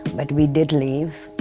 but we did leave.